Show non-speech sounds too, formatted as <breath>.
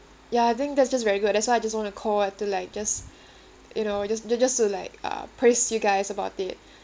ya I think that's just very good that's why I just want to call and to like just <breath> you know just just just to like uh praise you guys about it